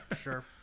sure